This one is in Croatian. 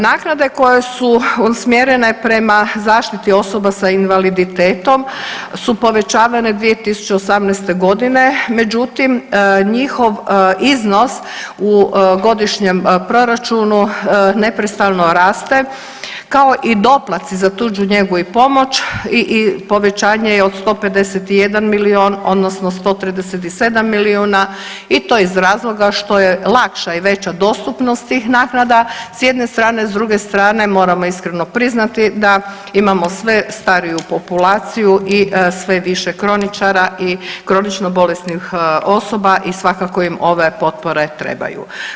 Naknade koje su usmjerene prema zaštiti osoba sa invaliditetom su povećavanje 2018. godine, međutim njihov iznos u godišnjem Proračunu neprestano raste, kao i doplaci za tuđu njegu i pomoć i povećanje je od 151 milijun, odnosno 137 milijuna i to iz razloga što je lakša i veća dostupnost tih naknada, s jedne strane, s druge strane moramo iskreno priznati da imamo sve stariju populaciju i sve više kroničara, kronično bolesnih osoba i svakako im ove potpore trebaju.